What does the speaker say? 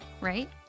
Right